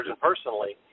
personally